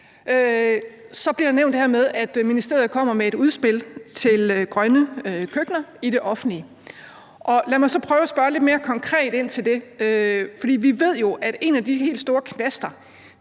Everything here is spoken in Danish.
nævnt det her med, at ministeriet kommer med et udspil til grønne køkkener i det offentlige. Lad mig så prøve at spørge lidt mere konkret ind til det, for vi ved jo, at en af de helt store knaster